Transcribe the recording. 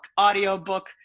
audiobook